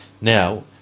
Now